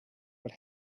what